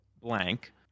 blank